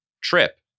trip